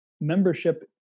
membership